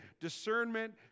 Discernment